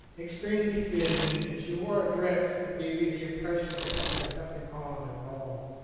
extremely thin, and she wore a dress that gave you the impression that she had nothing on at all.